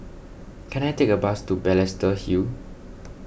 can I take a bus to Balestier Hill